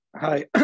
Hi